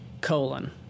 Colon